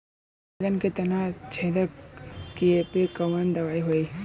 बैगन के तना छेदक कियेपे कवन दवाई होई?